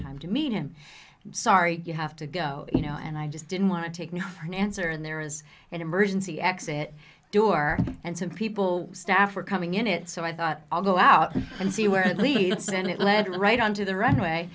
time to meet him sorry you have to go you know and i just didn't want to take no for an answer and there is an emergency exit door and some people staffer coming in it so i thought i'll go out and see where it leads and it lead right on to the runway